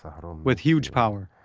ah but um with huge power.